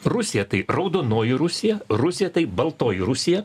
rusija tai raudonoji rusija rusija tai baltoji rusija